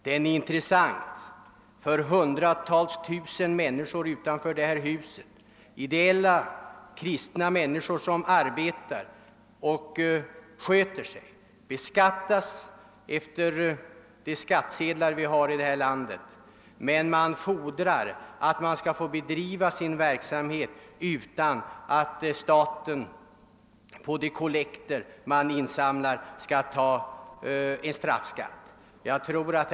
Den följs dock med stort intresse av hundratusentals ideella och kristna människor, människor som arbetar och beskattas enligt de skatteregler som gäller i vårt land. Dessa fordrar att få bedriva sin verksamhet utan att staten skall straffbeskatta de gåvor man ger till ideell verksamhet.